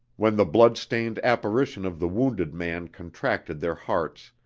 when the bloodstained apparition of the wounded man contracted their hearts,